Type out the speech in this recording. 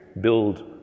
build